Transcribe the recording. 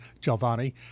Giovanni